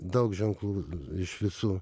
daug ženklų iš visų